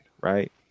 right